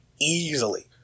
Easily